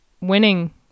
winning